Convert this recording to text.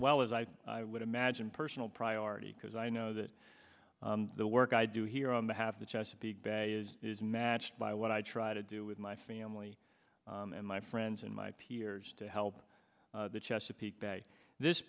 well as i would imagine personal priority because i know that the work i do here on the half the chesapeake bay is is matched by what i try to do with my family and my friends and my peers to help the chesapeake bay this